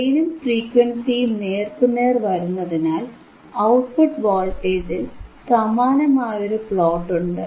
ഗെയിനും ഫ്രീക്വൻസിയും നേർക്കുനേർ വരുന്നതിനാൽ ഔട്ട്പുട്ട് വോൾട്ടേജിൽ സമാനമായൊരു പ്ലോട്ട് ഉണ്ട്